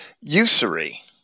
usury